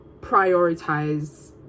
prioritize